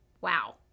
Wow